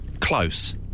Close